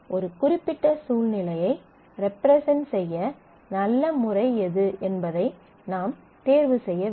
ஒரு குறிப்பிட்ட சூழ்நிலையை ரெப்ரசன்ட் செய்ய நல்ல முறை எது என்பதை நாம் தேர்வு செய்ய வேண்டும்